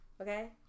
Okay